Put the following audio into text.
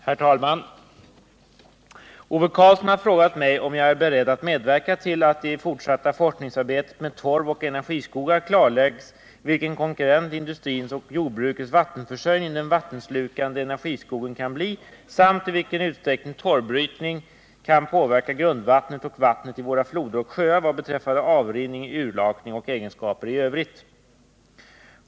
Herr talman! Ove Karlsson har frågat mig om jag är beredd att medverka till att det i det fortsatta forskningsarbetet med torv och energiskogar klarläggs vilken konkurrent till industrins och jordbrukets vattenförsörjning den vattenslukande energiskogen kan bli, samt i vilken utsträckning torvbrytning kan påverka grundvattnet och vattnet i våra floder och sjöar vad beträffar avrinning, urlakning och egenskaper i övrigt.